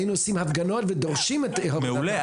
היינו עושים הפגנות ודורשים את הורדת ה -- מעולה,